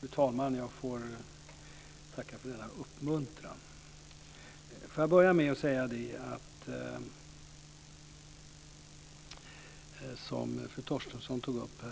Fru talman! Jag får tacka för denna uppmuntran. Får jag börja med det som fru Torstensson tog upp: